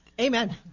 Amen